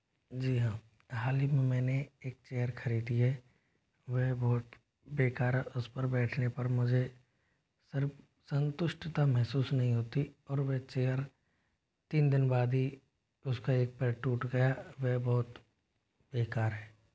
जी हाँ हाल ही में मैंने एक चेयर खरीदी है वह बहुत बेकार उस पर बैठने पर मुझे सिर्फ़ संतुष्टता महसूस नहीं होती और वे चेयर तीन दिन बाद ही उसका एक पैर टूट गया वह बहुत बेकार है